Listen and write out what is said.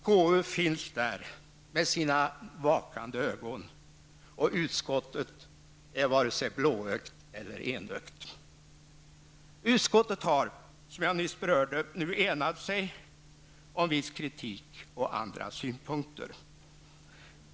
KU finns där med sina vakande ögon, och utskottet är inte vare sig blåögt eller enögt. Utskottet har, som jag nyss berörde, enat sig om viss kritik och andra synpunkter.